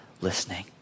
listening